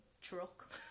truck